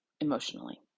emotionally